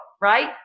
right